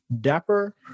Dapper